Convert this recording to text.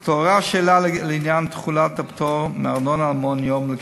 שבו התעוררה השאלה לעניין תחולת הפטור מארנונה על מעון-יום לקשישים.